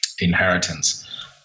inheritance